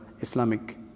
Islamic